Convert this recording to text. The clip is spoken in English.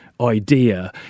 idea